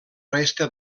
resta